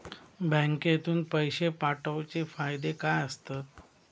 बँकेतून पैशे पाठवूचे फायदे काय असतत?